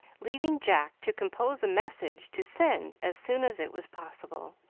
leaving jack to compose a message to send as soon as it was possible.